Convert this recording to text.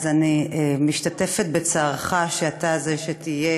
אז אני משתתפת בצערך שאתה זה שתהיה